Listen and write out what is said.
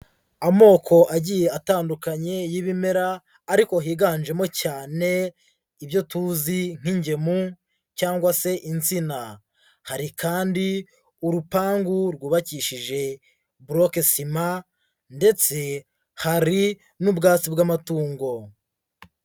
Amoko agiye atandukanye y'ibimera ariko higanjemo cyane ibyo tuzi nk'ingemu cyangwa se insina. Hari kandi urupangu rwubakishije broke ciment ndetse hari n'ubwatsi bw'amatungo.